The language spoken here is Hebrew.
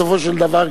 בסופו של דבר,